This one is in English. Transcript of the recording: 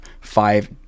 five